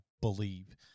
believe